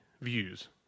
views